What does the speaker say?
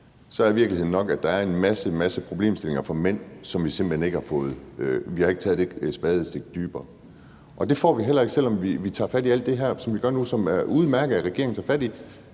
at der er en masse problemstillinger for mænd, som vi simpelt hen ikke kender, for vi har ikke taget det spadestik dybere. Og det får vi heller ikke taget, selv om vi tager fat i alt det her, som vi gør nu, og som det er udmærket at regeringen tager fat i.